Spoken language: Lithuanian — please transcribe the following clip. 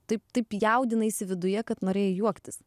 taip taip jaudinaisi viduje kad norėjai juoktis